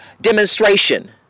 demonstration